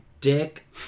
dick